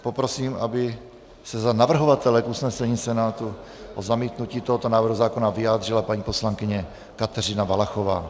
Poprosím, aby se za navrhovatele k usnesení Senátu o zamítnutí tohoto návrhu zákona vyjádřila paní poslankyně Kateřina Valachová.